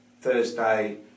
Thursday